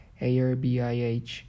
ARBIH